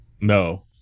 no